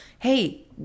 Hey